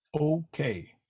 Okay